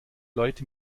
leute